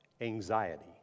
anxiety